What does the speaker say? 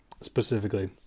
specifically